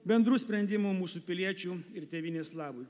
bendrų sprendimų mūsų piliečių ir tėvynės labui